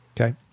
Okay